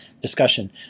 discussion